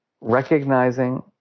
recognizing